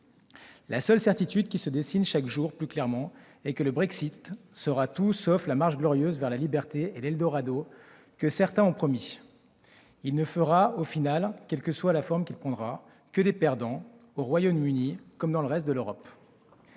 La seule certitude qui se dessine chaque jour plus clairement est que le Brexit sera tout sauf la marche glorieuse vers la liberté et l'Eldorado que certains avaient promis. Quelle que soit la forme qu'il prendra, il ne fera en définitive que des perdants, au Royaume-Uni comme dans le reste de l'Europe.